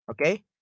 Okay